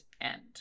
End